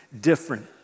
different